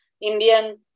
Indian